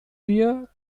wir